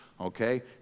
okay